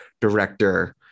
director